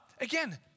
again